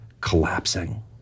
collapsing